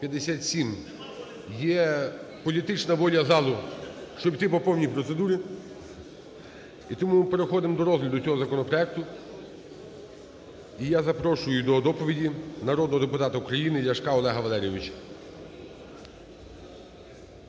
57. Є політична воля залу, щоб іти по повній процедурі. І тому ми переходимо до розгляду цього законопроекту. І я запрошую до доповіді народного депутата України Ляшка Олега Валерійовича.